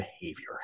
behavior